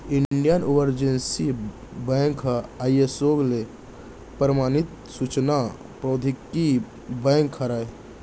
Indian Overseas Bank ह ISO ले परमानित सूचना प्रौद्योगिकी बेंक हरय